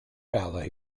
ballet